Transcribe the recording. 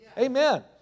Amen